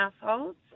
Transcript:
households